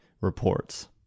reports